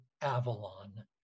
Avalon